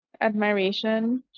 admiration